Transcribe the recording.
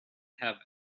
have